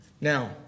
Now